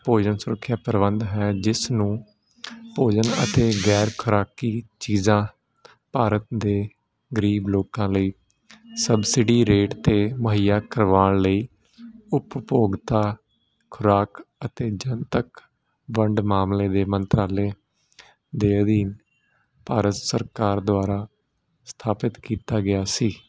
ਭੋਜਨ ਸੁਰੱਖਿਆ ਪ੍ਰਬੰਧ ਹੈ ਜਿਸ ਨੂੰ ਭੋਜਨ ਅਤੇ ਗੈਰ ਖੁਰਾਕੀ ਚੀਜ਼ਾਂ ਭਾਰਤ ਦੇ ਗਰੀਬ ਲੋਕਾਂ ਲਈ ਸਬਸਿਡੀ ਰੇਟ 'ਤੇ ਮਹੱਈਆ ਕਰਵਾਉਣ ਲਈ ਉਪਭੋਗਤਾ ਖੁਰਾਕ ਅਤੇ ਜਨਤਕ ਵੰਡ ਮਾਮਲੇ ਦੇ ਮੰਤਰਾਲੇ ਦੇ ਅਧੀਨ ਭਾਰਤ ਸਰਕਾਰ ਦੁਆਰਾ ਸਥਾਪਿਤ ਕੀਤਾ ਗਿਆ ਸੀ